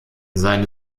seine